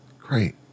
Great